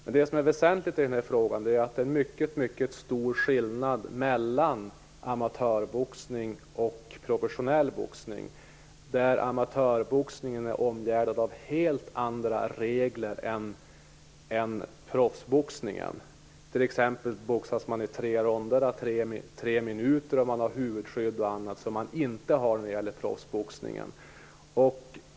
Men det väsentliga är att det är en mycket stor skillnad mellan amatörboxning och professionell boxning. Amatörboxningen är omgärdad av helt andra regler än proffsboxningen. Man boxas t.ex. i tre ronder à tre minuter. Amatörboxarna har också huvudskydd och andra skydd som man inte har inom proffsboxningen.